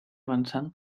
avançant